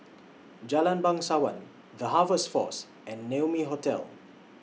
Jalan Bangsawan The Harvest Force and Naumi Hotel